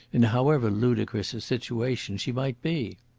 in however ludicrous a situation she might be.